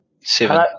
Seven